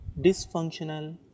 dysfunctional